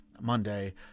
monday